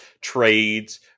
trades